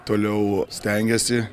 toliau stengiasi